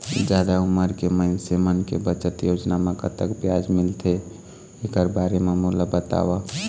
जादा उमर के मइनसे मन के बचत योजना म कतक ब्याज मिलथे एकर बारे म मोला बताव?